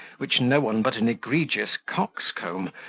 which none but an egregious coxcomb,